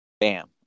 Bam